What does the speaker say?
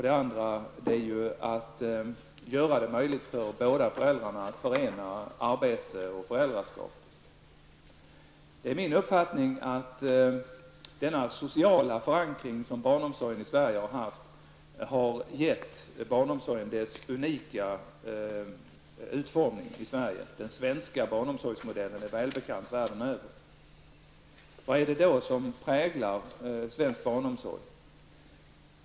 Den andra är att göra det möjligt för båda föräldrarna att förena arbete och föräldraskap. Det är min uppfattning att det är denna sociala förankring, som barnomsorgen i Sverige har haft, som har gett barnomsorgen dess unika utformning i Sverige. Den svenska barnomsorgsmodellen är välbekant världen över. Vad är det då som präglar svensk barnomsorg?